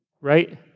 right